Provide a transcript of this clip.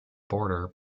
border